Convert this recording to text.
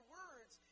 words